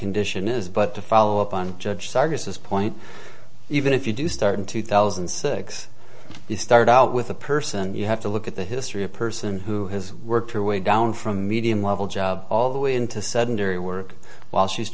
condition is but to follow up on judge sarkis this point even if you do start in two thousand and six you start out with a person you have to look at the history a person who has worked her way down from medium level job all the way into sedentary work while she's